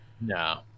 no